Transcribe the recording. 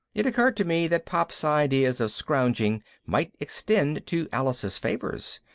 it occurred to me that pop's ideas of scrounging might extend to alice's favors.